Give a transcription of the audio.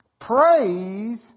praise